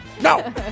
No